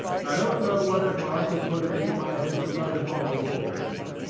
i don't know what it was that put it into my head to write upon the wall with it.